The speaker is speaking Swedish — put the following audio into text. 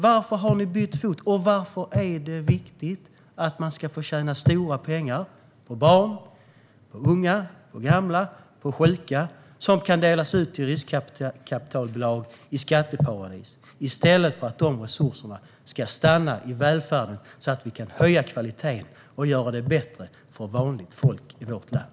Varför har ni bytt fot, och varför är det viktigt att man ska få tjäna stora pengar på barn, unga, gamla och sjuka, pengar som kan delas ut till riskkapitalbolag i skatteparadis i stället för att de resurserna stannar i välfärden så att vi kan höja kvaliteten och göra det bättre för vanligt folk i vårt land?